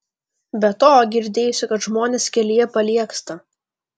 be to girdėjusi kad žmonės kelyje paliegsta